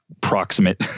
proximate